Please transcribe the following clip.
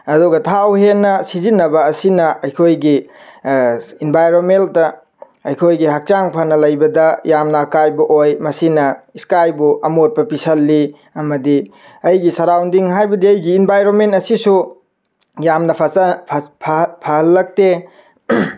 ꯑꯗꯨꯒ ꯊꯥꯎ ꯍꯦꯟꯅ ꯁꯤꯖꯤꯟꯅꯕ ꯑꯁꯤꯅ ꯑꯩꯈꯣꯏꯒꯤ ꯏꯟꯚꯥꯏꯔꯟꯃꯦꯟꯗ ꯑꯩꯈꯣꯏꯒꯤ ꯍꯛꯆꯥꯡ ꯐꯅ ꯂꯩꯕꯗ ꯌꯥꯝꯅ ꯑꯀꯥꯏꯕ ꯑꯣꯏ ꯃꯁꯤꯅ ꯁ꯭ꯀꯥꯏꯕꯨ ꯑꯃꯣꯠꯄ ꯄꯤꯁꯜꯂꯤ ꯑꯃꯗꯤ ꯑꯩꯒꯤ ꯁꯔꯥꯎꯟꯗꯤꯡ ꯍꯥꯏꯕꯗꯤ ꯑꯩꯒꯤ ꯏꯟꯚꯥꯏꯔꯟꯃꯦꯟ ꯑꯁꯤꯁꯨ ꯌꯥꯝꯅ ꯐꯍꯜꯂꯛꯇꯦ